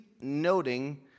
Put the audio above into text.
noting